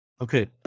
Okay